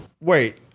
Wait